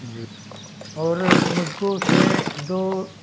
जी और मुझको उसमें दो